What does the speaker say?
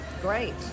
great